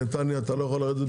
בנתניה אתה לא יכול לרדת?